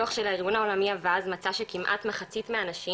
דו"ח של הארגון העולמי מצא שכמעט מחצית מהאנשים